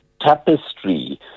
tapestry